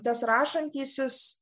tas rašantysis